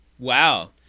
Wow